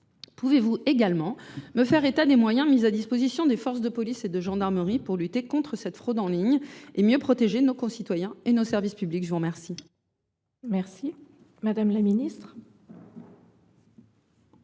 Pouvez vous également me faire état des moyens mis à la disposition des forces de police et de gendarmerie pour lutter contre cette fraude en ligne et mieux en protéger nos concitoyens et nos services publics ? La parole est à Mme la ministre